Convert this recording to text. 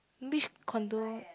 which condo